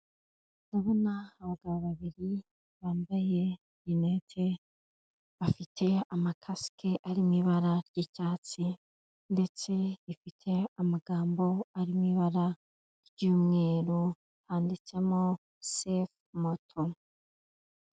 Ndabona abagabo babiri bambaye linete, bafite amakasike ari mu ibara ry'icyatsi, ndetse ifite amagambo ari mu ibara ry'umweru, handitsemo sefu moto.